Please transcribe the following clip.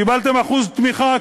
קיבלתם אחוז תמיכה,